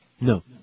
No